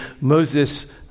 Moses